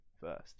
first